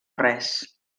res